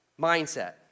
mindset